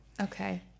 Okay